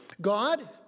God